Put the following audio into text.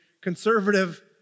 conservative